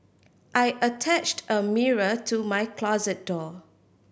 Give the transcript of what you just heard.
I attached a mirror to my closet door